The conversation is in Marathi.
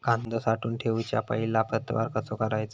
कांदो साठवून ठेवुच्या पहिला प्रतवार कसो करायचा?